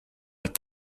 with